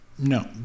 No